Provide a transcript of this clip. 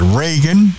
Reagan